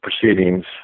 proceedings